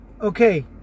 Okay